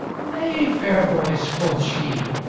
nay, fair boys, quoth she,